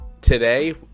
today